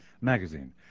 Magazine